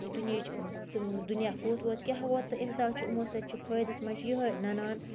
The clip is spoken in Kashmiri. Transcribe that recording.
دُنیِہٕچ تم دُنیاہ کوٚت ووت کیاہ ووت تہٕ امہِ تَل چھ یِمو سۭتۍ چھُ فٲیدَس مَنٛز چھ یِہوٚے نَنان